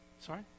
sorry